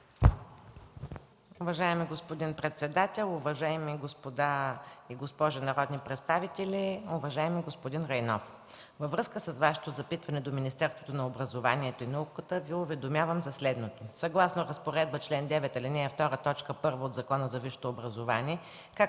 Уважаеми господин председател, уважаеми госпожи и господа народни представители! Уважаеми господин Райнов, във връзка с Вашето запитване до Министерството на образованието и науката Ви уведомявам следното. Съгласно Разпоредбата на чл. 9, ал. 2, т. 1 от Закона за висшето образование,